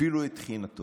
אפילו את תחינתו,